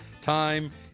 Time